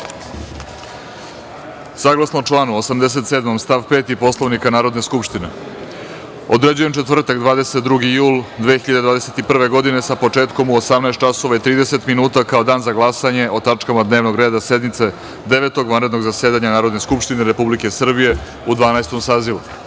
medije. Saglasno članu 87. stav 5. Poslovnika Narodne skupštine, određujem četvrtak, 22. jul 2021. godine, sa početkom u 18 časova i 30 minuta, kao Dan za glasanje o tačkama dnevnog reda sednice Devetog vanrednog zasedanja Narodne skupštine Republike Srbije u Dvanaestom